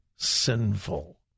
Sinful